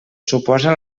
suposa